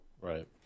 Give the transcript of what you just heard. Right